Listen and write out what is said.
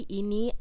ini